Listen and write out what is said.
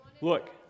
Look